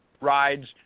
rides